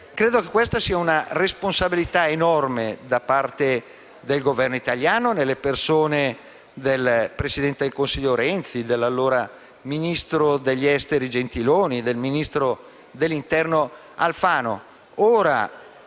Credo che questa sia una responsabilità enorme del Governo italiano, nelle persone del presidente del Consiglio Renzi, dell'allora ministro degli affari esteri Gentiloni e del ministro dell'interno Alfano.